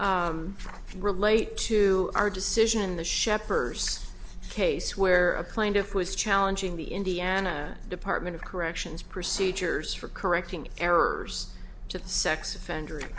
relate to our decision in the shepherd's case where a plaintiff was challenging the indiana department of corrections procedures for correcting errors to sex offender